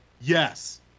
Yes